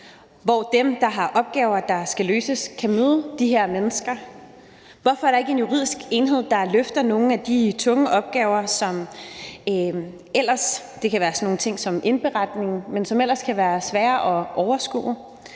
hvor dem, som har opgaver, der skal løses, kan møde de her mennesker? Hvorfor er der ikke en juridisk enhed, der løfter nogle af de tunge opgaver – det kan være sådan nogle